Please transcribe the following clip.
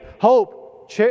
hope